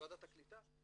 בוועדת הקליטה.